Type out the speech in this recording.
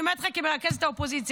אני אומרת לך כמרכזת האופוזיציה.